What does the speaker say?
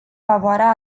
favoarea